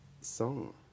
song